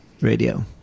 Radio